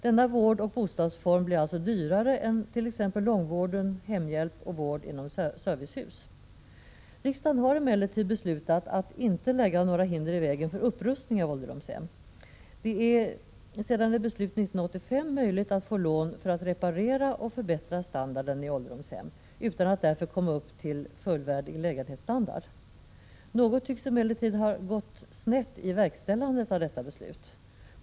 Denna vårdoch bostadsform blir alltså dyrare än t.ex. långvården, hemhjälp och vård inom servicehus. Riksdagen har emellertid beslutat att inte lägga några hinder i vägen för upprustning av ålderdomshem. Det är efter ett beslut år 1985 möjligt att få lån för att reparera och förbättra standarden i ålderdomshem utan att man därigenom kommer upp till fullvärdig lägenhetsstandard. Något tycks emellertid ha gått snett i verkställandet av detta beslut.